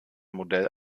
modell